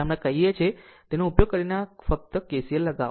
અને જેને આપણે કહીએ છીએ તેનો ઉપયોગ કરીને અને ફક્ત kcl લગાવો